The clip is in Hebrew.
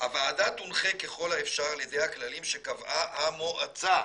'הוועדה תונחה ככל האפשר על ידי הכללים שקבעה המועצה',